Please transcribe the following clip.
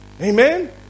Amen